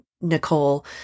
Nicole